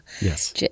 Yes